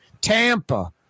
Tampa